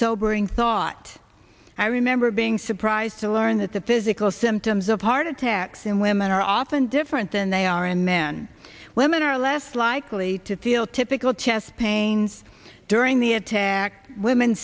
sobering thought i remember being surprised to learn that the physical symptoms of heart attacks in women are often different than they are in men women are less likely to feel typical chest pains during the attack women